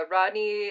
Rodney